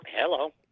Hello